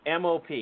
MOP